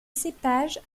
cépage